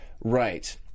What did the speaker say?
Right